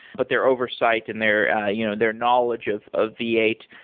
but their oversight and their ah you know their knowledge of of v eight,